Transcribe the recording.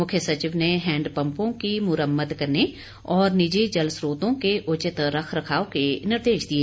मुख्य सचिव ने हैंडपैंपों की मुरम्मत करने और निजी जल स्रोतों के उचित रख रखाव के निर्देश दिए